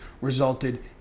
resulted